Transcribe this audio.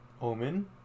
Omen